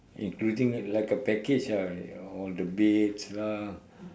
including like a package ah all the baits lah